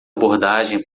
abordagem